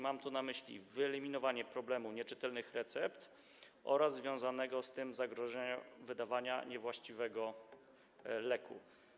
Mam tu na myśli wyeliminowanie problemu nieczytelnych recept oraz związanego z tym zagrożenia wydaniem niewłaściwego leku.